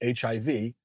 HIV